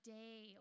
day